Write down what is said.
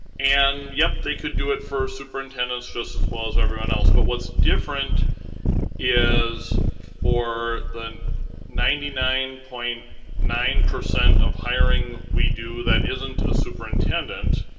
and, yep, they could do it for superintendents just as well as everyone else. but, what's different is, for the ninety nine point nine of hiring we do that isn't a superintendent,